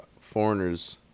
foreigners